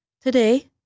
Today